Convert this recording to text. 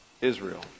Israel